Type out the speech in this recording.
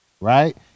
Right